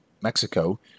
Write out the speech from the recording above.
Mexico